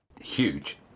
Huge